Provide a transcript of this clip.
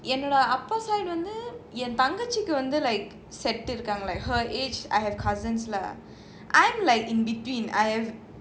என்னோடஅப்பா:ennoda appa side வந்துஎன்னோடதங்கச்சி:vandhu ennoda thangachi her age I have cousins lah I'm like in between I have like